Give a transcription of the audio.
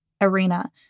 arena